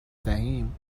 دهیم